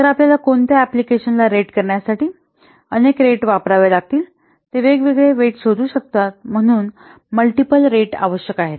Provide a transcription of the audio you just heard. तर आपल्याला कोणत्या अँप्लिकेशन ला रेट करण्यासाठी अनेक रेट वापरावे लागतील ते वेगवेगळे वेट शोधू शकतात म्हणून मल्टिपल रेट आवश्यक आहेत